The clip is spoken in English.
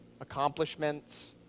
accomplishments